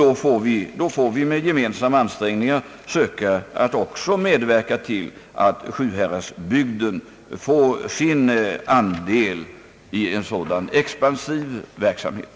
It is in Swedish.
Då bör vi också med gemensamma ansträngningar söka medverka till att Sjuhäradsbygden får sin andel av en sådan expansiv verksamhet.